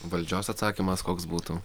valdžios atsakymas koks būtų